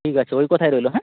ঠিক আছে ওই কথাই রইল হ্যাঁ